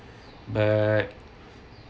but